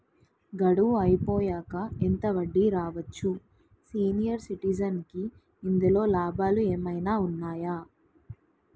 గడువు అయిపోయాక ఎంత వడ్డీ రావచ్చు? సీనియర్ సిటిజెన్ కి ఇందులో లాభాలు ఏమైనా ఉన్నాయా?